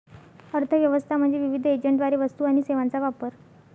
अर्थ व्यवस्था म्हणजे विविध एजंटद्वारे वस्तू आणि सेवांचा वापर